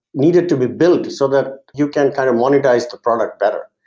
needed to be built so that you can kind of monetize the product better.